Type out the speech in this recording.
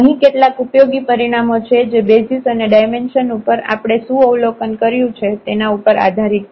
અહીં કેટલાક ઉપયોગી પરિણામો છે જે બેસિઝ અને ડાયમેન્શન ઉપર આપણે સુ અવલોકન કર્યું છે તેના ઉપર આધારિત છે